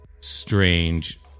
strange